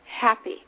happy